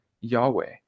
Yahweh